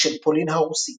סובאלק של פולין הרוסית.